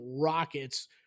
Rockets